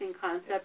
concept